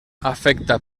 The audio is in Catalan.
afecta